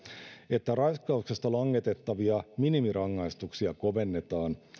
että raiskauksesta langetettavia minimirangaistuksia kovennetaan